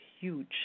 huge